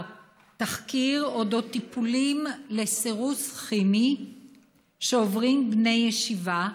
תחקיר על אודות טיפולים לסירוס כימי שעוברים בני ישיבה,